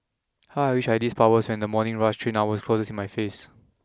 how I wish I had these powers when the morning rush hour train closes in my face